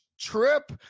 trip